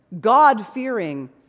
God-fearing